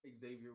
Xavier